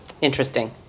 Interesting